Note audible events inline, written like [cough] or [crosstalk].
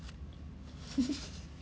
[laughs]